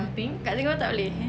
kat singapore tak boleh